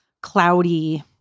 cloudy